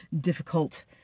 difficult